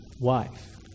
wife